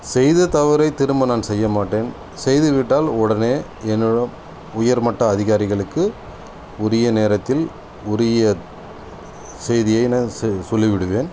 செய்த தவறை திரும்ப நான் செய்யமாட்டேன் செய்துவிட்டால் உடனே என்னோட உயர்மட்ட அதிகாரிகளுக்கு உரிய நேரத்தில் உரிய செய்தியினை நான் செ சொல்லிவிடுவேன்